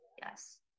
Yes